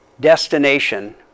destination